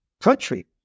country